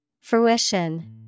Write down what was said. Fruition